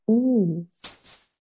ease